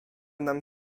nam